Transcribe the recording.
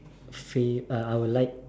pay uh I would like